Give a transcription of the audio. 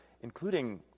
including